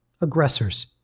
Aggressors